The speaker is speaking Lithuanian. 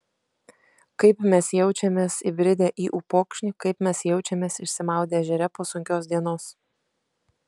kaip mes jaučiamės įbridę į upokšnį kaip mes jaučiamės išsimaudę ežere po sunkios dienos